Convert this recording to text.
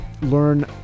learn